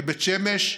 בבית שמש,